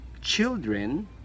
children